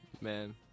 Man